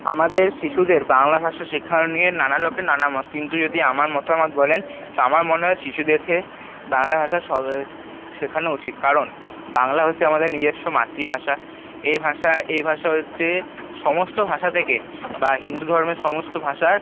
আমাদের শিশুদের বাংলা ভাষা শেখানো নিয়ে নানা লোকের নানা মত কিন্তু যদি আমার মতামত বলেন তো আমার মনে হয় শিশুদেরকে বাংলা ভাষা শেখানো উচিত কারণ বাংলা হচ্ছে আমাদের নিজস্ব মাতৃভাষা এ ভাষা এ ভাষা হচ্ছে সমস্ত ভাষা থেকে বা হিন্দু ধর্মের সমস্ত ভাষার